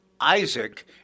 Isaac